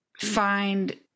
find